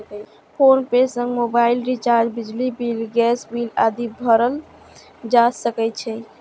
PhonePe सं mobile recharge, बिजली bill, gas bill आदि भरल जा सकै छै